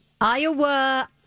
Iowa